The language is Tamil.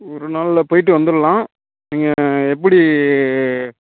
ஒரு நாளில் போயிட்டு வந்துரலாம் நீங்கள் எப்படி